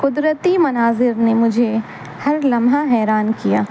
قدرتی مناظر نے مجھے ہر لمحہ حیران کیا